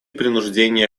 принуждения